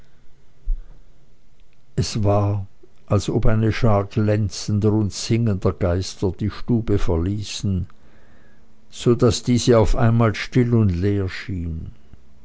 es war als ob eine schar glänzender und singender geister die stube verließen so daß diese auf einmal still und leer schien